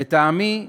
לטעמי,